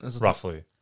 Roughly